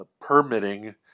permitting